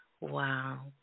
Wow